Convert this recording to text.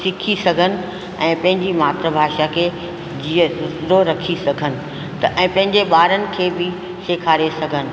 सिखी सघनि ऐं पंहिंजी मातृभाषा खे जीअं जिंदो रखी सघनि त ऐं पंहिंजे ॿारनि खे बि सेखारे सघनि